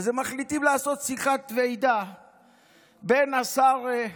אז הם מחליטים לעשות שיחת ועידה בין השר,